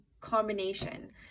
combination